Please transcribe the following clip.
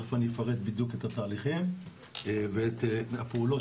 תכף אני אפרט בדיוק את התהליכים ואת הפעולות,